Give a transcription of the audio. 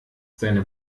seine